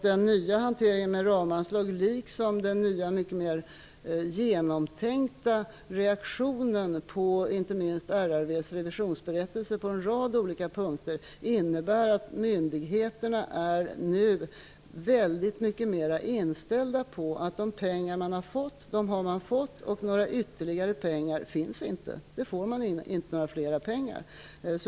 Den nya hanteringen med ramanslag, liksom den nya mycket mer genomtänkta reaktionen på inte minst RRV:s revisionsberättelse på en rad olika punkter, innebär att myndigheterna nu är väldigt mycket mer inställda på att de pengar man har fått dem har man fått, och några ytterligare pengar finns inte. Man får inte mer pengar.